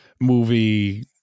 movie